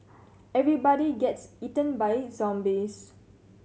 everybody gets eaten by zombies